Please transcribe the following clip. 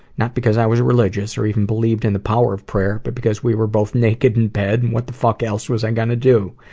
not because i was religious, or even believed in the power of prayer, but because we were both naked in bed, and what the fuck else was i going to do?